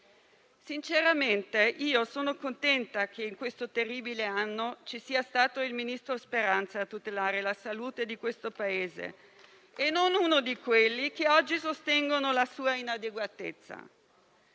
Sinceramente io sono contenta che in questo terribile anno ci sia stato il ministro Speranza a tutelare la salute di questo Paese e non uno di quelli che oggi sostengono la sua inadeguatezza.